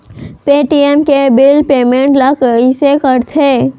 Paytm के bill payment ल कइसे करथे?